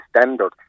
standard